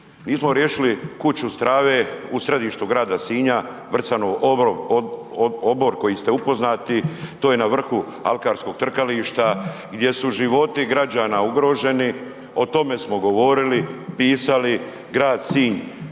Nismo riješili kuću strave u središtu grada Sinja, Vrcanov obor koji ste upoznati. To je na vrhu alkarskog trkališta gdje su životi građana ugroženi, o tome smo govorili, pisali, grad Sinj